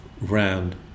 round